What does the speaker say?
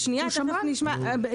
תכף נשמע.